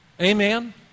amen